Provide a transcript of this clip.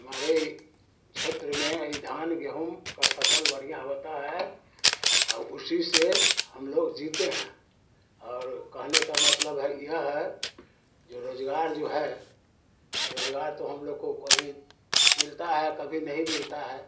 हमारे क्षेत्र में ये धान गेहूँ का फसल बढ़िया होता है और उसी से हम लोग जीते हैं और कहने का मतलब यह है जो रोज़गार जो है तो रोज़गार तो हम लोग को कभी मिलता है कभी नहीं मिलता है